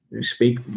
speak